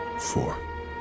four